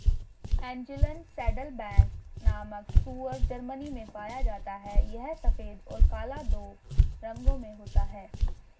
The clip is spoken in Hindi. एंजेलन सैडलबैक नामक सूअर जर्मनी में पाया जाता है यह सफेद और काला दो रंगों में होता है